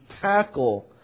tackle